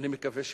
מקווה שכן.